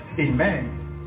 Amen